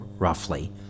Roughly